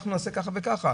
אנחנו נעשה ככה וככה.